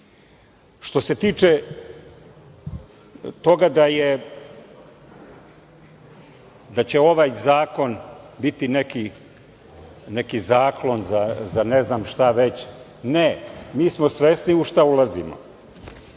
se tiče toga da će ovaj zakon biti neki zaklon za ne znam šta već, ne, mi smo svesni u šta ulazimo.